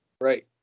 right